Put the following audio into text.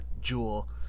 Jewel